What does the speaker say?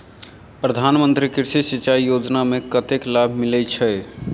प्रधान मंत्री कृषि सिंचाई योजना मे कतेक लाभ मिलय छै?